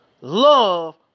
love